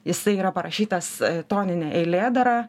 jisai yra parašytas tonine eilėdara